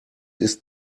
ist